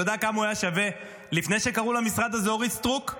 אתה יודע כמה הוא היה שווה לפני שקראו למשרד הזה "אורית סטרוק"?